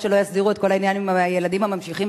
ועד שלא יסדירו את כל העניין עם הילדים הממשיכים,